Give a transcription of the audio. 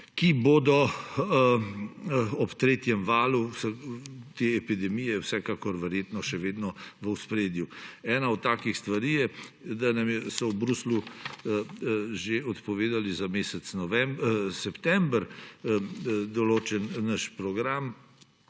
ki bodo ob tretjem valu te epidemije vsekakor verjetno še vedno v ospredju. Ena od takih stvari je, da so nam v Bruslju že odpovedali za mesec september določen naš program